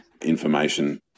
information